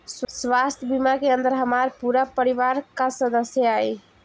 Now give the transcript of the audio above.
स्वास्थ्य बीमा के अंदर हमार पूरा परिवार का सदस्य आई?